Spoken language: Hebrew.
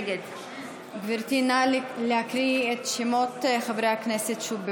נגד גברתי, נא להקריא את שמות חברי הכנסת שוב.